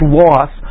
loss